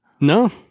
No